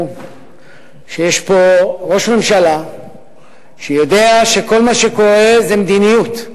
שיש פה ראש ממשלה שיודע שכל מה שקורה זה מדיניות,